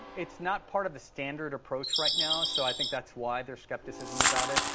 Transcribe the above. it's not part of the standard approach right now. so i think that's why there's skepticism about it.